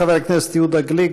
חבר הכנסת יהודה גליק,